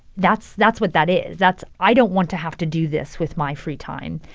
that's that's what that is. that's, i don't want to have to do this with my free time,